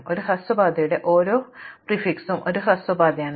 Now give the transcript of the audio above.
അതിനാൽ ഒരു ഹ്രസ്വ പാതയുടെ ഓരോ പ്രിഫിക്സും ഒരു ഹ്രസ്വ പാതയാണ്